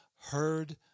heard